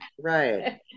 Right